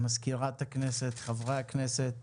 הכנסת, מזכירת הכנסת, חברי הכנסת,